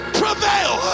prevail